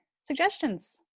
suggestions